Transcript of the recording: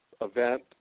event